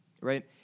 right